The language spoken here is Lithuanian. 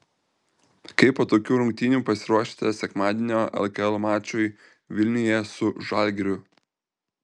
kaip po tokių rungtynių pasiruošite sekmadienio lkl mačui vilniuje su žalgiriu